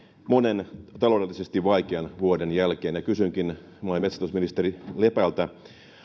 monen taloudellisesti vaikean vuoden jälkeen ja kysynkin maa ja metsätalousministeri lepältä